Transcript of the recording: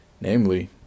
Namely